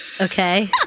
Okay